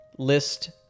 list